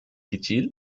kecil